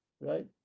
Right